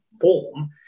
form